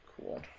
Cool